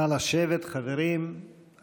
חברים.